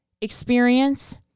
experience